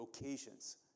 occasions